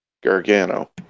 gargano